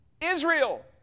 Israel